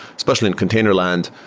especially in container land,